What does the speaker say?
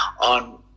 on